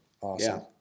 Awesome